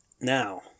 Now